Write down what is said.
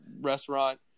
restaurant